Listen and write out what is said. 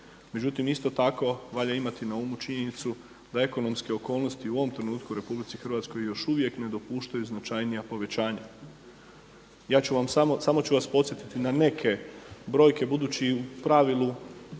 Međutim, isto tako valja imati na umu činjenicu da ekonomske okolnosti u ovom trenutku u RH još uvijek ne dopuštaju značajnija povećanja. Ja ću vam samo, samo ću vas podsjetiti na neke brojke budući u pravilu